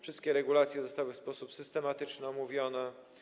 Wszystkie regulacje zostały w sposób systematyczny omówione.